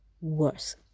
worse